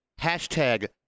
hashtag